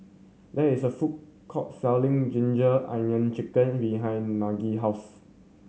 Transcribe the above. there is a food court selling ginger onion chicken behind Nigel house